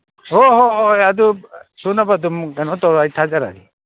ꯍꯣꯏ ꯍꯣꯏ ꯍꯣꯏ ꯑꯗꯨ ꯁꯨꯅꯕ ꯑꯗꯨꯝ ꯀꯩꯅꯣ ꯇꯧꯔꯣ ꯑꯩ ꯊꯥꯖꯔꯛꯑꯒꯦ